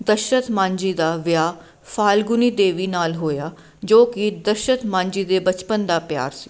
ਦਸ਼ਰਤ ਮਾਂਜੀ ਦਾ ਵਿਆਹ ਫਾਲਗੁਨੀ ਦੇਵੀ ਨਾਲ ਹੋਇਆ ਜੋ ਕਿ ਦਸ਼ਰਤ ਮਾਂਜੀ ਦੇ ਬਚਪਨ ਦਾ ਪਿਆਰ ਸੀ